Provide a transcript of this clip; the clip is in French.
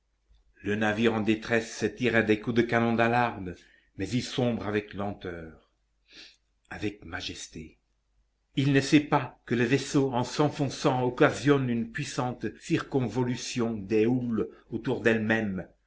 le navire en détresse tire des coups de canon d'alarme mais il sombre avec lenteur avec majesté il ne sait pas que le vaisseau en s'enfonçant occasionne une puissante circonvolution des houles autour d'elles-mêmes